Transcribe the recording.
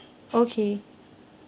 okay